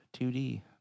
2D